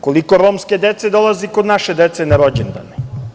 Koliko romske dece dolazi kod naše dece na rođendane?